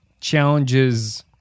challenges